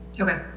okay